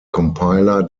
compiler